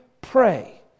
pray